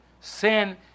Sin